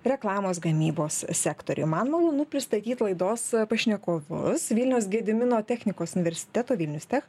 reklamos gamybos sektoriuje man malonu pristatyt laidos pašnekovus vilniaus gedimino technikos universiteto vilnius tech